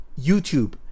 YouTube